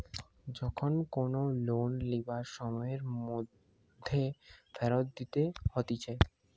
যখন কোনো লোন লিবার সময়ের মধ্যে ফেরত দিতে হতিছে